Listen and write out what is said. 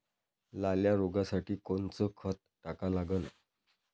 लाल्या रोगासाठी कोनचं खत टाका लागन?